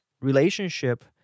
relationship